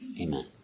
Amen